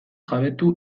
jabetu